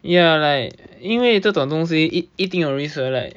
ya like 因为这种东西一定一定有 risk 的 right